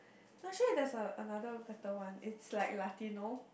no actually there's a another better one it's like latino